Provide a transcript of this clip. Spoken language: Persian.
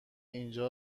اینجا